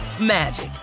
magic